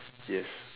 yes